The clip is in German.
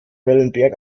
wellenberg